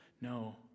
No